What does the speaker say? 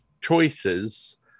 choices